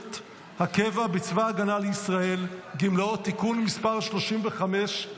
שירות הקבע בצבא הגנה לישראל (גמלאות) (תיקון מס' 35),